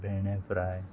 Bhende fry